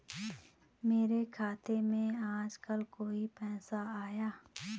मेरे खाते में आजकल कोई पैसा आया?